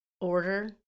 order